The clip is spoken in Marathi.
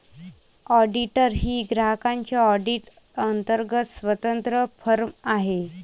ऑडिटर ही ग्राहकांच्या ऑडिट अंतर्गत स्वतंत्र फर्म आहे